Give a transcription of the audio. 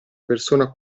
persona